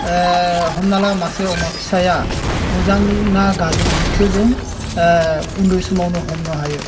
हमना ला मासे अमा फिसाया मोजां ना गाज्रि बिखौ जों उन्दै समावनो हमनो हायो